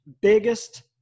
Biggest